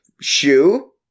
shoe